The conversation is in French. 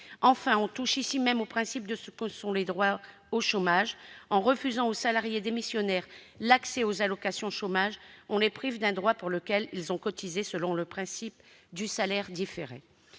Enfin, on touche ici même au principe de ce que sont les droits au chômage. En refusant aux salariés démissionnaires l'accès aux allocations chômage, on les prive d'un droit pour lequel ils ont cotisé selon le principe du salaire différé.